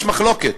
יש מחלוקת,